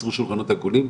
תיצרו שולחנות עגולים,